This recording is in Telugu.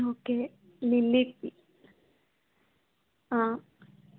ఓకే లిల్లీ ఫి